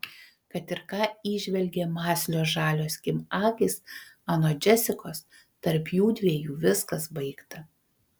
kad ir ką įžvelgė mąslios žalios kim akys anot džesikos tarp jųdviejų viskas baigta